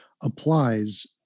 applies